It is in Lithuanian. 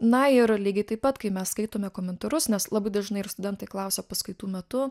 na ir lygiai taip pat kai mes skaitome komentarus nes labai dažnai ir studentai klausia paskaitų metu